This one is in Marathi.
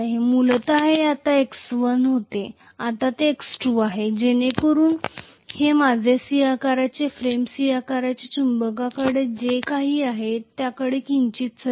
मूलतः हे आता x1 होते आता ते x2 आहे जेणेकरून ते माझ्या C आकाराच्या फ्रेम C आकाराच्या चुंबकाकडे जे काही आहे त्याकडे किंचित सरकले आहे